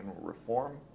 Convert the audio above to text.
reform